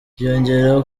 byiyongeraho